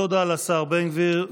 תודה לשר בן גביר.